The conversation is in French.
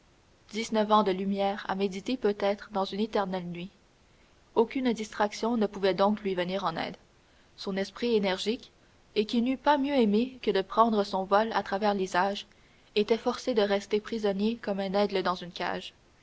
dix-neuf ans de lumière à méditer peut-être dans une éternelle nuit aucune distraction ne pouvait donc lui venir en aide son esprit énergique et qui n'eût pas mieux aimé que de prendre son vol à travers les âges était forcé de rester prisonnier comme un aigle dans une cage